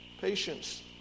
patience